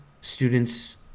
Students